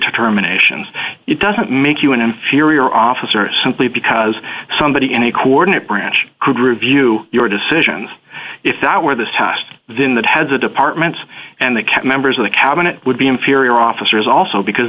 to terminations it doesn't make you an inferior officer simply because somebody in a coordinate branch could review your decisions if that where this test then that has a department and they can't members of the cabinet would be inferior officers also because